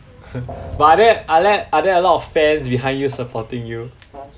but are there are there are there a lot of fans behind you supporting you